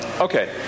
Okay